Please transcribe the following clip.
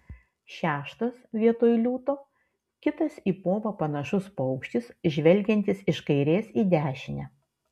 šeštas vietoj liūto kitas į povą panašus paukštis žvelgiantis iš kairės į dešinę